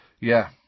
Yeah